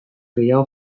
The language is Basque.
gehiago